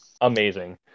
amazing